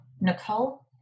Nicole